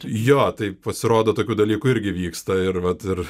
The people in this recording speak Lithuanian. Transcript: jo tai pasirodo tokių dalykų irgi vyksta ir vat ir